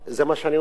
זה מה שאני אומר,